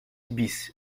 bis